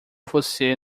você